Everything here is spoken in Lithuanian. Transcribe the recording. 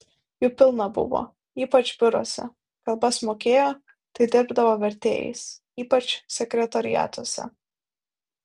jų pilna buvo ypač biuruose kalbas mokėjo tai dirbdavo vertėjais ypač sekretoriatuose